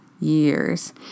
years